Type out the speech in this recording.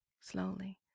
slowly